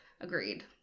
agreed